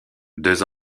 deux